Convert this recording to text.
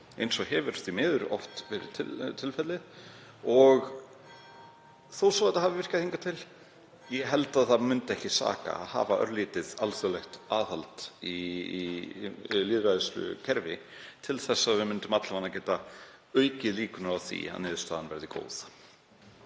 eins og hefur því miður oft verið tilfellið. Þó svo að það hafi virkað hingað til held ég að ekki myndi saka að hafa örlítið alþjóðlegt aðhald í lýðræðislegu kerfi til að við gætum alla vega aukið líkurnar á því að niðurstaðan yrði góð.